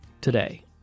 today